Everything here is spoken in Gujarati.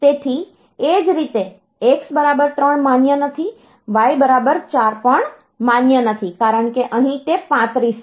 તેથીએ જ રીતે x બરાબર 3 માન્ય નથી y બરાબર 4 પણ માન્ય નથી કારણ કે અહીં તે 35 છે